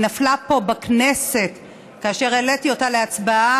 היא נפלה פה בכנסת כאשר העליתי אותה להצבעה